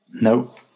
Nope